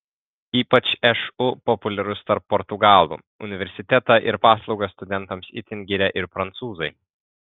ypač šu populiarus tarp portugalų universitetą ir paslaugas studentams itin giria ir prancūzai